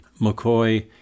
McCoy